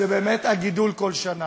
שזה באמת הגידול כל שנה.